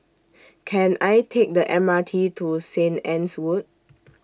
Can I Take The M R T to Saint Anne's Wood